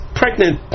pregnant